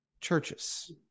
churches